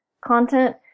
content